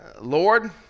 Lord